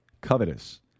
covetous